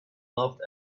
loved